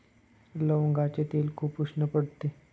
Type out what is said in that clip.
लवंगाचे तेल खूप उष्ण पडते